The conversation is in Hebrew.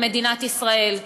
במדינת ישראל.